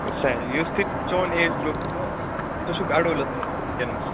وٕچھ سا یُس یہِ چون ایج گرُپ چھِ ژٕ چھُکھ اَیڈولِسَن وٕنکٮ۪نَس